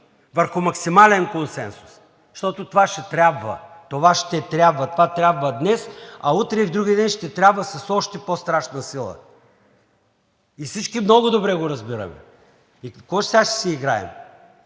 върху максимален консенсус, защото това ще трябва, това ще трябва! Това трябва днес, а утре и вдругиден ще трябва с още по-страшна сила, и всички много добре го разбираме. И на какво сега ще си играем?